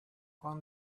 one